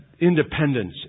independence